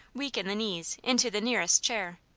weak in the knees, into the nearest chair.